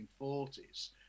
1940s